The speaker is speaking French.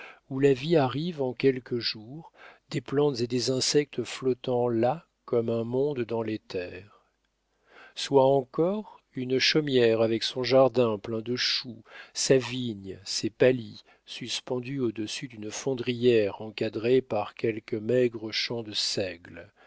où la vie arrive en quelques jours des plantes et des insectes flottant là comme un monde dans l'éther soit encore une chaumière avec son jardin plein de choux sa vigne ses palis suspendue au-dessus d'une fondrière encadrée par quelques maigres champs de seigle